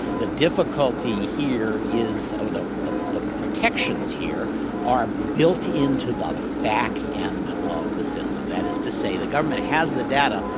the difficulty here is or the the protections here are built in to the back end of the system. that is to say the government has the data,